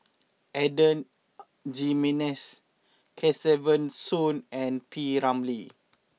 Adan Jimenez Kesavan Soon and P Ramlee